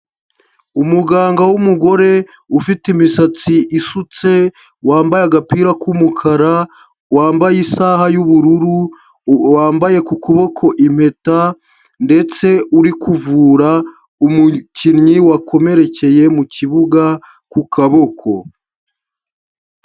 Umuganga w'umugore ufite imisatsi isutse, wambaye agapira k'umukara, wambaye isaha y'ubururu, wambaye ku kuboko impeta ndetse uri kuvura umukinnyi wakomerekeye mu kibuga ku kaboko.